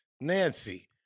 Nancy